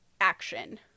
action